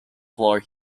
floor